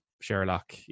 Sherlock